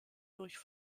durch